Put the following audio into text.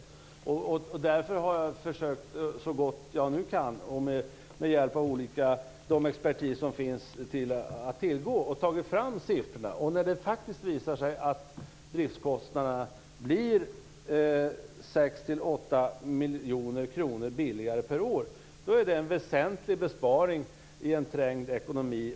Därför har jag försökt så gott jag kan med hjälp av den expertis som finns att tillgå att ta fram siffrorna. När det faktiskt visar sig att driftkostnaderna blir 6-8 miljoner kronor billigare per år är det en väsentlig besparing i en trängd ekonomi.